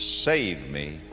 save me,